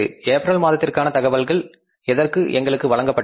April மாதத்திற்கான தகவல்கள் எதற்கு எங்களுக்கு வழங்கப்பட்டது